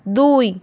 দুই